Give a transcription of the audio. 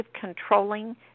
controlling